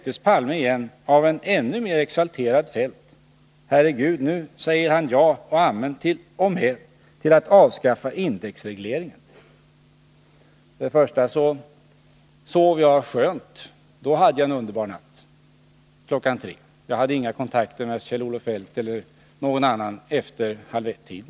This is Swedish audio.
03.00 av en ännu mer exalterad Feldt: ”Herregud, nu säger han ja och amen til: och med till att avskaffa indexregleringen!” Jag sov skönt kl. 3 — och hade då äntligen en underbar natt. Jag hade inga kontakter med Kjell-Olof Feldt eller någon annan efter halv 2-tiden.